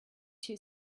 two